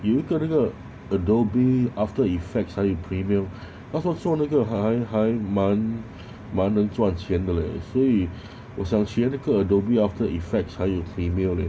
有一这个那个 adobe after effects 还有 premiere 他说做那个还还蛮蛮能赚钱的 leh 所以我想学那个 adobe after effects 还有 premiere leh